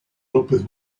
lópez